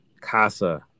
casa